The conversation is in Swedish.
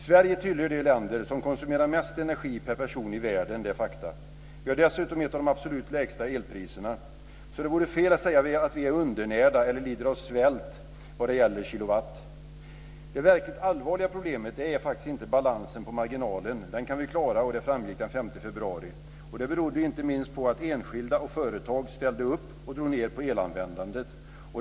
Sverige tillhör de länder som konsumerar mest energi per person i världen. Det är fakta. Vi har dessutom ett av de absolut lägsta elpriserna, så det vore fel att säga att vi är undernärda eller lider av svält vad det gäller kilowatt. Det verkligt allvarliga problemet är faktiskt inte balansen på marginalen. Den kan vi klara, och det framgick den 5 februari. Det berodde inte minst på att enskilda och företag ställde upp och drog ned på elanvändandet.